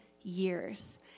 years